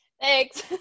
Thanks